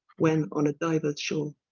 when on a divers shore.